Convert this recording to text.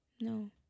No